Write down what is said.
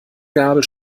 gabel